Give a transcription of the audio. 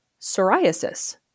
psoriasis